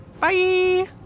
Bye